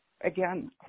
again